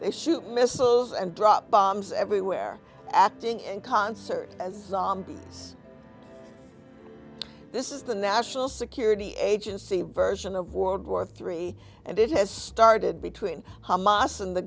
they shoot missiles and drop bombs everywhere acting in concert as these this is the national security agency version of world war three and it has started between hamas in the